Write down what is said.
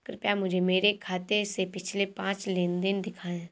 कृपया मुझे मेरे खाते से पिछले पांच लेन देन दिखाएं